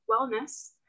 wellness